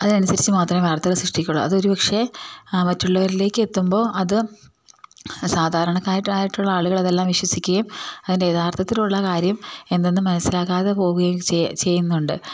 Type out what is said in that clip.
അതിന് അനുസരിച്ചു മാത്രമേ വാർത്തകൾ സൃഷ്ടിക്കുകയുള്ളൂ അത് ഒരു പക്ഷേ മറ്റുള്ളവരിലേക്ക് എത്തുമ്പോൾ അത് സാധാരണക്കാരായിട്ട് ആയിട്ടുള്ള ആളുകൾ അതെല്ലാം വിശ്വസിക്കുകയും അതിൻ്റെ യഥാർത്ഥത്തിലുള്ള കാര്യം എന്തെന്ന് മനസ്സിലാകാതെ പോവുകയും ചെയ്യുന്നുണ്ട്